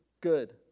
good